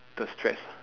the stress